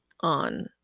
on